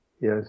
Yes